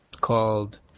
called